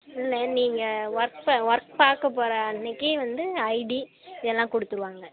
இல்லை நீங்கள் ஒர்க் ப ஒர்க் பார்க்கப் போகிற அன்றைக்கே வந்து ஐடி இதெல்லாம் கொடுத்துருவாங்க